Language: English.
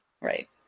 right